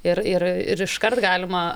ir ir ir iškart galima